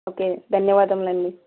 okay ధన్యవాదములండి